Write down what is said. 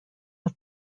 but